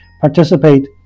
participate